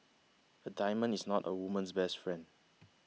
a diamond is not a woman's best friend